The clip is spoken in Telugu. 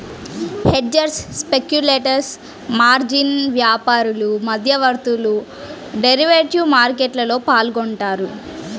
హెడ్జర్స్, స్పెక్యులేటర్స్, మార్జిన్ వ్యాపారులు, మధ్యవర్తులు డెరివేటివ్ మార్కెట్లో పాల్గొంటారు